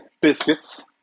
biscuits